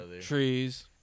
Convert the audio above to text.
trees